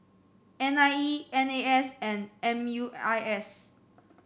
N I E N A S and M U I S